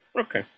Okay